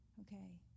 Okay